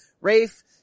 Rafe